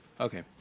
Okay